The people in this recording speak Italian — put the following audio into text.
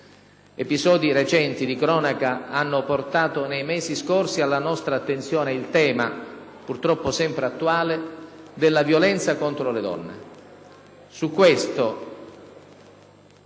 Episodi recenti di cronaca hanno portato nei mesi scorsi alla nostra attenzione il tema, purtroppo sempre attuale, della violenza contro le donne.